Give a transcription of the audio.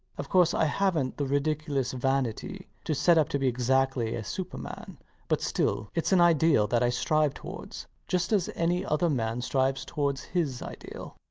of course i havnt the ridiculous vanity to set up to be exactly a superman but still, it's an ideal that i strive towards just as any other man strives towards his ideal.